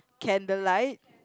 candle light